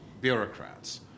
bureaucrats